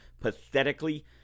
pathetically